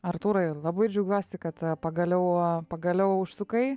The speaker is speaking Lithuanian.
artūrai labai džiaugiuosi kad pagaliau pagaliau užsukai